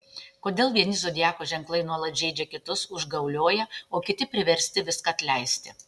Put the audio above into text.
kodėl vieni zodiako ženklai nuolat žeidžia kitus užgaulioja o kiti priversti viską atleisti